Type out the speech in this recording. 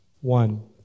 One